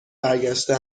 برگشته